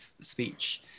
speech